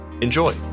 Enjoy